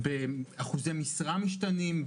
באחוזי משרה משתנים,